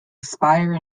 expire